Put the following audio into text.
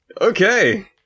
Okay